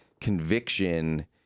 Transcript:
conviction